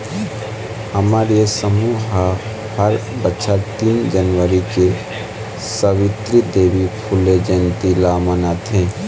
हमर ये समूह ह हर बछर तीन जनवरी के सवित्री देवी फूले जंयती ल मनाथे